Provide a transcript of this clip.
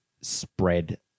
spread